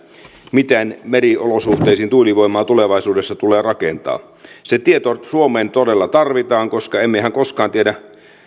miten meriolosuhteisiin tuulivoimaa tulevaisuudessa tulee rakentaa se tieto suomeen todella tarvitaan koska emmehän koskaan tiedä